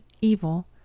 evil